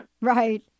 Right